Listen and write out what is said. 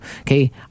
Okay